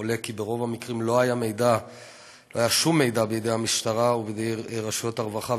עולה כי ברוב המקרים לא היה שום מידע בידי המשטרה ובידי רשויות הרווחה,